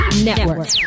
Network